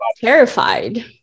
terrified